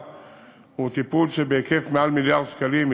הוא טיפול בהיקף של מעל מיליארד שקלים,